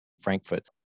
Frankfurt